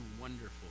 wonderful